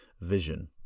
vision